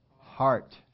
heart